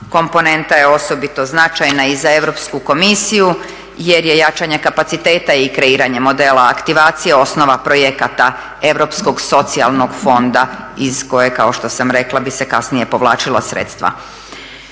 komponenta je osobito značajna i za Europsku komisiju jer je jačanje kapaciteta i kreiranje modela aktivacije osnova projekata Europskog socijalnog fonda iz kojeg, kao što sam rekla, bi se kasnije povlačila sredstva.